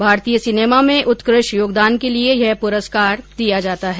भारतीय सिनेमा में उत्कृष्ट योगदान के लिए यह पुरस्कार दिया जाता है